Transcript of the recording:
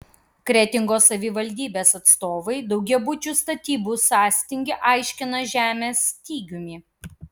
kretingos savivaldybės atstovai daugiabučių statybų sąstingį aiškina žemės stygiumi